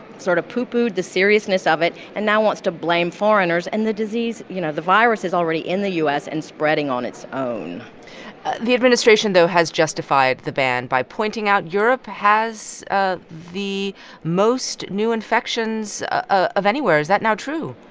sort of pooh-poohed the seriousness of it and now wants to blame foreigners. and the disease you know, the virus is already in the u s. and spreading on its own the administration though has justified the ban by pointing out europe has ah the most new infections ah of anywhere. is that now true?